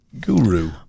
Guru